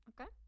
Okay